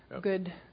good